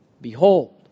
Behold